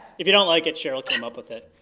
if you don't like it, cheryl came up with it.